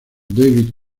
david